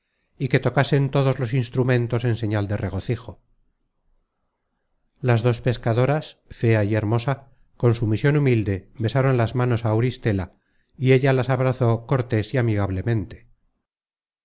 y que tocasen todos los instrumentos en señal de regocijo las dos pescadoras fea y hermosa con sumision humilde besaron las manos á auristela y ella las abrazó cortés y amigablemente